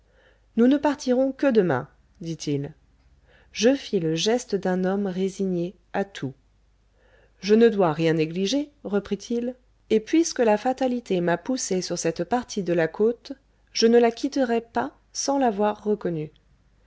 nous ne partirons que demain dit-il je fis le geste d'un homme résigné à tout je ne dois rien négliger reprit-il et puisque la fatalité m'a poussé sur cette partie de la côte je ne la quitterai pas sans l'avoir reconnue